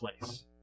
place